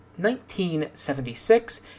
1976